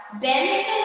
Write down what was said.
bend